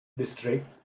district